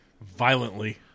Violently